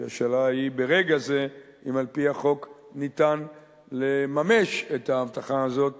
כי השאלה היא ברגע זה אם על-פי החוק ניתן לממש את ההבטחה הזאת